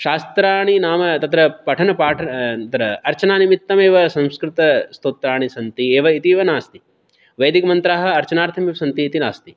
शास्त्राणि नाम तत्र पठनपाठ अर्चना निमित्तमेव संस्कृतस्तोत्राणि सन्ति एव इति एव नास्ति वैदिकमन्त्राः अर्चनार्थम् एव सन्ति इति नास्ति